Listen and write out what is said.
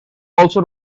also